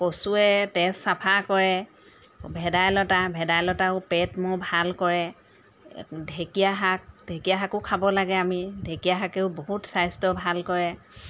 কচুৱে তেজ চাফা কৰে ভেদাইলতা ভেদাইলতাও পেট মোৰ ভাল কৰে ঢেঁকীয়া শাক ঢেঁকীয়া শাকো খাব লাগে আমি ঢেঁকীয়া শাকেও বহুত স্বাস্থ্য ভাল কৰে